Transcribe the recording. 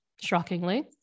shockingly